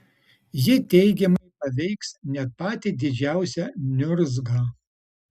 ji teigiamai paveiks net patį didžiausią niurzgą